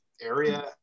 area